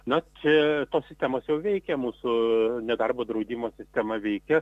na čia tos sistemos jau veikia mūsų nedarbo draudimo sistema veikia